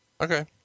Okay